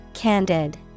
Candid